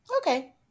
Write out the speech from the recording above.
okay